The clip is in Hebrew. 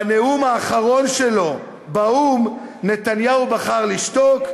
בנאום האחרון שלו באו"ם נתניהו בחר לשתוק,